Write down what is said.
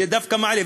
זה דווקא מעלה.